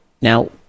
now